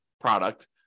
product